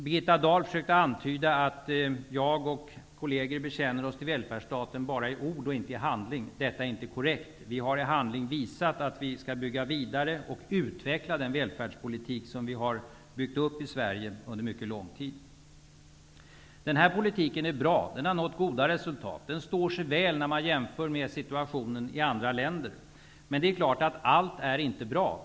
Birgitta Dahl försökte antyda att jag och mina kolleger bekänner oss i välfärdsstaten bara i ord och inte i handling. Detta är inte korrekt. Vi har i handling visat att vi skall bygga vidare och ut veckla den välfärdspolitik som byggts upp i Sve rige under mycket lång tid. Denna politik är bra. Den har nått goda resul tat. Den står sig väl när man jämför med situatio nen i andra länder. Men allt är inte bra.